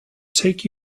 take